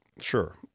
sure